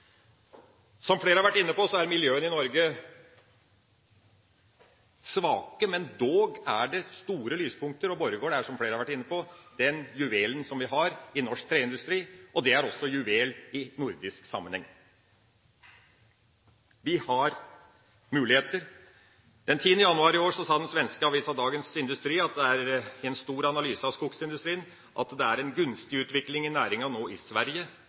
Som flere har vært inne på, er miljøene i Norge svake, men dog er det store lyspunkter, og Borregaard er, som flere har vært inne på, den juvelen som vi har i norsk treindustri, og det er også en juvel i nordisk sammenheng. Vi har muligheter. Den 10. januar i år sa den svenske avisen Dagens Industri i forbindelse med en stor analyse av skogindustrien at det nå er en gunstig utvikling av næringa i Sverige.